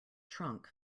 trunk